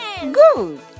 Good